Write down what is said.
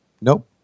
Nope